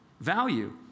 Value